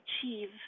achieve